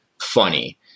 funny